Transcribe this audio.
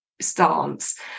stance